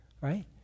right